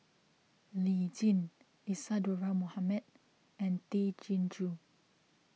Lee Tjin Isadhora Mohamed and Tay Chin Joo